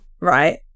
Right